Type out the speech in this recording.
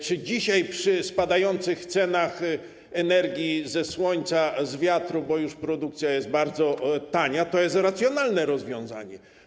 Czy dzisiaj, przy spadających cenach energii pochodzącej ze słońca, z wiatru, bo jej produkcja już jest bardzo tania, to jest racjonalne rozwiązanie?